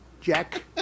Jack